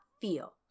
feel